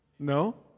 No